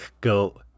go